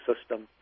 system